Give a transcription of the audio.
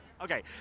Okay